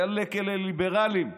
עלק אלה ליברלים,